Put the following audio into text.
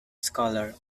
scholar